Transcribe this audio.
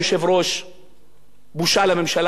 בושה לממשלה שהולכת נגד הדבר הזה.